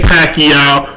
Pacquiao